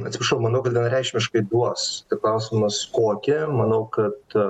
atsiprašau manau kad vienareikšmiškai duos tik klausimas kokią manau kad